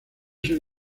ser